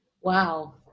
wow